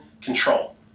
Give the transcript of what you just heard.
control